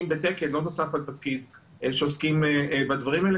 בתקן בנוסף על תפקיד שעוסקים בדברים האלה,